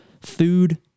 food